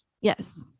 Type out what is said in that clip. Yes